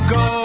go